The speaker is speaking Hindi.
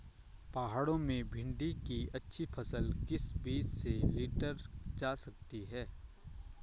पहाड़ों में भिन्डी की अच्छी फसल किस बीज से लीटर जा सकती है?